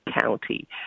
county